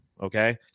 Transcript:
okay